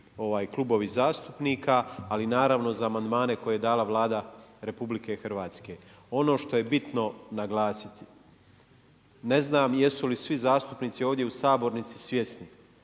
klubovi zastupnika, ali naravno za amandmane koje je dala Vlada Republike Hrvatske. Ono što je bitno naglasiti. Ne znam, jesu li svi zastupnici ovdje u sabornici svjesni.